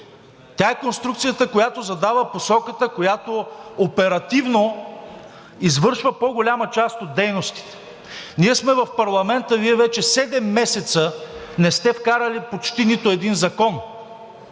тя е конструкцията, която задава посоката, която оперативно извършва по-голяма част от дейностите. Ние сме в парламента и Вие вече 7 месеца не сте вкарали почти нито един закон.